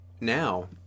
now